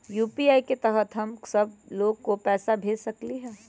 UPI के तहद हम सब लोग को पैसा भेज सकली ह?